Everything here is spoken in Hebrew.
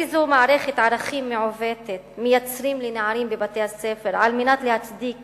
איזו מערכת ערכים מעוותת מייצרים לנערים בבתי-הספר על מנת להצדיק